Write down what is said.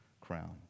crown